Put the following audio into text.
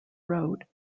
wrote